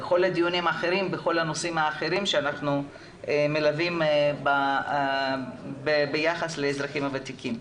ובכל הנושאים האחרים שאנחנו מלווים ביחס לאזרחים הוותיקים.